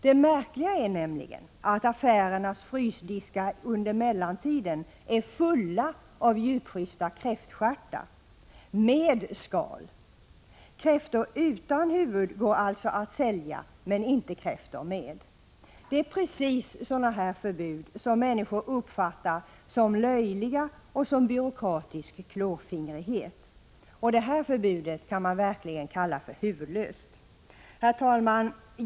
Det märkliga är nämligen att affärernas frysdiskar under mellantiden är fulla av djupfrysta kräftstjärtar, med skal. Kräftor utan huvud går alltså att sälja men inte kräftor med! Det är precis sådana här förbud som människor uppfattar som löjliga och som byråkratisk klåfingrighet. Det här förbudet kan man verkligen kalla för huvudlöst. Herr talman!